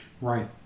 Right